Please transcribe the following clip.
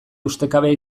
ustekabea